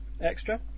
extra